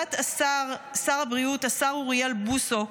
בעזרת שר הבריאות השר אוריאל בוסו,